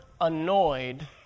annoyed